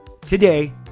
today